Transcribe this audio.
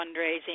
fundraising